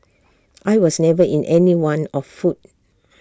I was never in any want of food